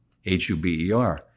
Huber